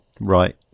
Right